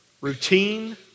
routine